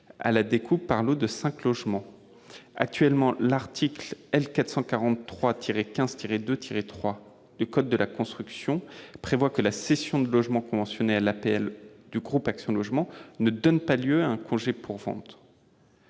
à la découpe, par lots de cinq logements. Actuellement, l'article L. 443-15-2-3 du code de la construction et de l'habitation prévoit que la cession de logements conventionnés à l'APL du groupe Action Logement ne donne pas lieu à un congé pour vente.